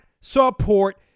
support